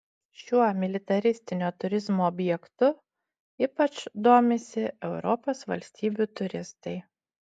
šiuo militaristinio turizmo objektu ypač domisi europos valstybių turistai